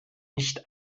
nicht